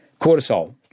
Cortisol